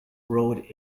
road